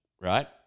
right